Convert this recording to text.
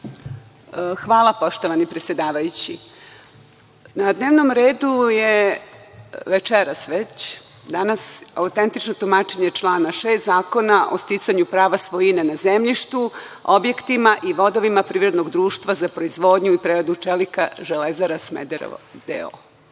Hvala, poštovani predsedavajući. Na dnevnom redu je večeras već, danas, autentično tumačenje člana 6. Zakona o sticanju prava svojine na zemljištu, objektima i vodovima privrednog društva za proizvodnju i preradu čelika „Železare Smederevo